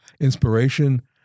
inspiration